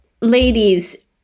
ladies